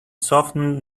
softened